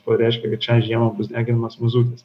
pareiškė kad šią žiemą bus deginamas mazutas